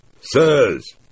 Sirs